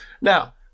now